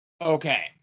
Okay